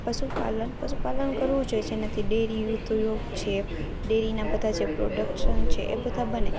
પશુપાલન પશુપાલન કરવું જોઈએ જેનાથી ડેરી ઉદ્યોગ છે ડેરીનાં બધાં જે પ્રોડક્શન છે એ બધાં બને